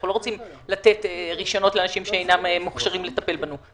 אנחנו לא רוצים לתת רישיונות לאנשים שאינם מוכשרים לטפל בנו,